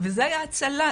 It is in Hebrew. וזה היה הצלה.